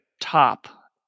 top